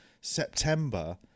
September